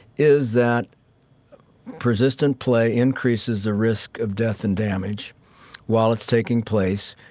is that persistent play increases the risk of death and damage while it's taking place.